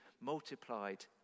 multiplied